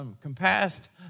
compassed